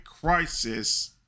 Crisis